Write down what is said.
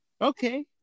Okay